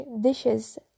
dishes